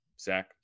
Zach